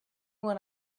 when